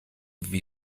wie